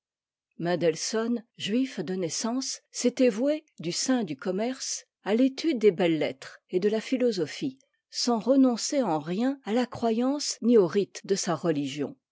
mendeisohn juif de naissance s'était voué du sein du commerce à l'étude des belles-lettres et de la philosophie sans renoncer en rien à la croyance ni aux rites de sa religion